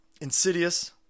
insidious